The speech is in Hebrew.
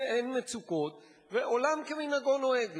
אין מצוקות ועולם כמנהגו נוהג.